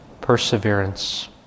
perseverance